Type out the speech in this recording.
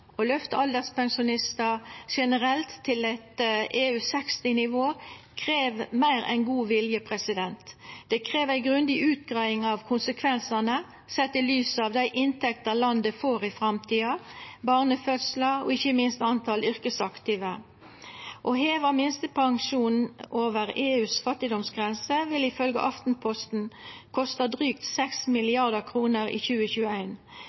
Å løfta alderspensjonistar generelt til eit EU60-nivå, krev meir enn god vilje. Det krev ei grundig utgreiing av konsekvensane, sett i lys av dei inntektene landet får i framtida, barnefødslar og ikkje minst talet på yrkesaktive. Å heva minstepensjonen over EUs fattigdomsgrense vil ifølgje Aftenposten kosta drygt 6 mrd. kr i